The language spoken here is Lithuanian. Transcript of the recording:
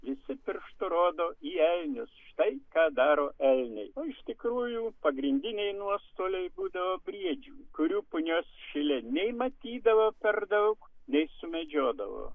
visi pirštu rodo į einius štai ką daro elniai o iš tikrųjų pagrindiniai nuostoliai būdavo briedžių kurių punios šile nei matydavo per daug nei sumedžiodavo